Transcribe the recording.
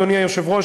אדוני היושב-ראש,